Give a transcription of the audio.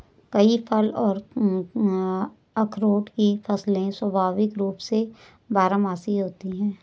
कई फल और अखरोट की फसलें स्वाभाविक रूप से बारहमासी होती हैं